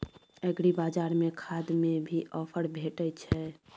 एग्रीबाजार में खाद में भी ऑफर भेटय छैय?